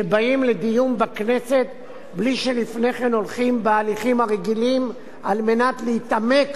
שבאים לדיון בכנסת בלי שלפני כן הולכים בהליכים הרגילים על מנת להתעמק